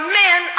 men